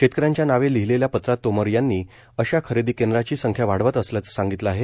शेतकऱ्यांच्या नावे लिहिलेल्या पत्रात तोमर यांनी अशा खरेदी केंद्रांची संख्या वाढवत असल्याचं सांगितलं आहे